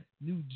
New